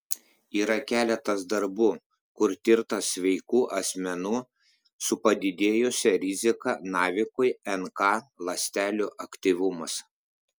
yra keletas darbų kur tirtas sveikų asmenų su padidėjusia rizika navikui nk ląstelių aktyvumas